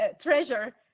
treasure